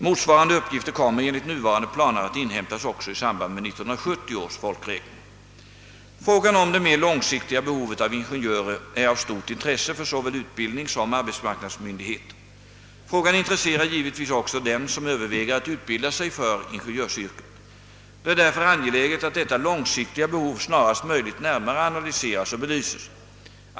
Motsvarande uppgifter kommer enligt nuvarande planer att inhäm tas också i samband med 1970 års folkräkning. Frågan om det mer långsiktiga behovet av ingenjörer är av stort intresse för såväl utbildningssom arbetsmarknadsmyndigheter. Frågan intresserar givetvis också den som överväger att utbilda sig för ingenjörsyrket. Det är därför angeläget att detta långsiktiga behov snarast möjligt närmare analyseras och belyses.